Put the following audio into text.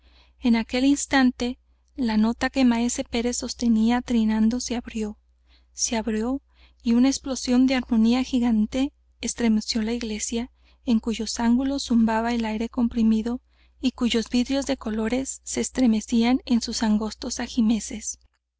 en aquel instante la nota que maese pérez sostenía trinando se abrió se abrió y una explosión de armonía gigante estremeció la iglesia en cuyos ángulos zumbaba el aire comprimido y cuyos vidrios de colores se estremecían en sus angostos ajimeces